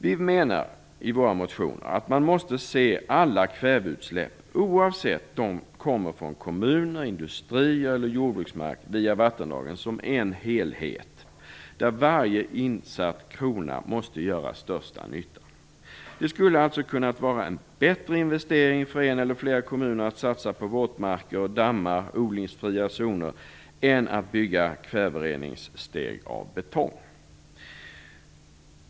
Vi menar i våra motioner att man måste se alla kväveutsläpp, oavsett om de kommer från kommuner, från industrier eller från jordbruksmark via vattendragen, som en helhet, där varje insatt krona måste göra största nytta. Det skulle alltså kunna vara en bättre investering för en eller flera kommuner att satsa på våtmarker, dammar eller odlingsfria zoner än att bygga kvävereningssteg av betong.